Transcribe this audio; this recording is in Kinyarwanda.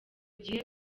gihe